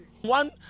one